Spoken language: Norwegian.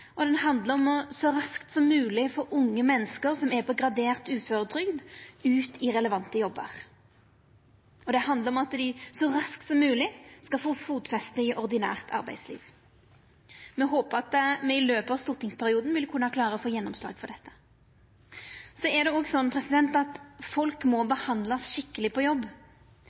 og det handlar om så raskt som mogleg å få unge menneske som er på gradert uføretrygd, ut i relevante jobbar. Det handlar om at dei så raskt som mogleg skal få fotfeste i ordinært arbeidsliv. Me håpar at me i løpet av stortingsperioden vil kunna klara å få gjennomslag for dette. Så er det også slik at folk må behandlast skikkeleg på jobb.